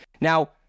Now